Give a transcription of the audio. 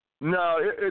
No